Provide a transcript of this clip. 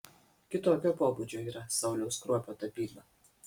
kitokio pobūdžio yra sauliaus kruopio tapyba